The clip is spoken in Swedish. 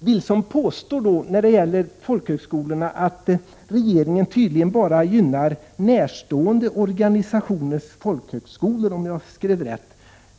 Carl-Johan Wilson påstår när det gäller folkhögskolorna att regeringen bara gynnar närstående organisatio 145 ners folkhögskolor, om jag antecknade rätt.